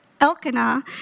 Elkanah